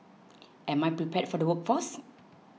am I prepared for the workforce